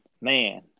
man